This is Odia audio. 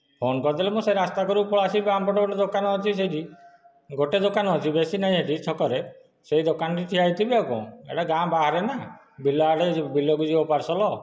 ଫୋନ କରିଦେଲେ ମୁଁ ସେ ରାସ୍ତା କଡ଼କୁ ପଳେଇଆସିବି ବାଁ ପଟକୁ ଗୋଟିଏ ଦୋକାନ ଅଛି ସେଇଠି ଗୋଟିଏ ଦୋକାନ ଅଛି ସେଇଠି ବେଶି ନାହିଁ ଛକ ରେ ସେଇ ଦୋକାନ ଠି ଠିଆ ହେଇଥିବି ଆଉ କଣ ଏଇଟା ଗାଁ ବାହାରେ ନା ବିଲ ଆଡ଼େ ବିଲକୁ ଯିବ ପାର୍ସଲ